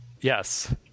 Yes